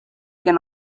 can